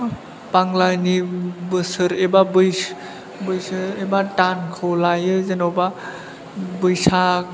बांलानि बोसोर एबा बैसो एबा दानखौ लायो जेन'बा बैसाग